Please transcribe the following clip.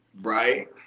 Right